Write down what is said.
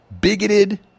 bigoted